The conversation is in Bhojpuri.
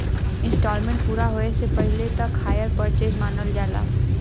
इन्सटॉलमेंट पूरा होये से पहिले तक हायर परचेस मानल जाला